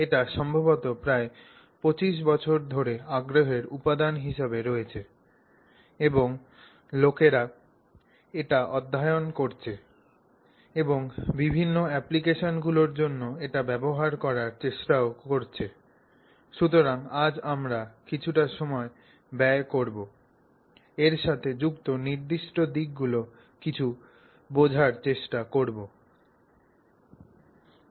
এটি সম্ভবত প্রায় 25 বছর ধরে আগ্রহের উপাদান হিসাবে রয়েছে এবং লোকেরা এটি অধ্যয়ন করছে এবং বিভিন্ন অ্যাপ্লিকেশনগুলির জন্য এটি ব্যবহার করার চেষ্টা করছে o সুতরাং আজ আমরা কিছুটা সময় ব্যয় করব এর সাথে যুক্ত নির্দিষ্ট দিকগুলি কিছু বোঝার চেষ্টা করার চেষ্টা করব